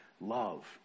love